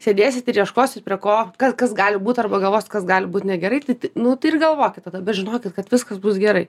sėdėsit ir ieškosit prie ko kas kas gali būti arba galvosit kas gali būt negerai nu tai ir galvokit tada bet žinokit kad viskas bus gerai